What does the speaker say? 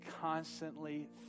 constantly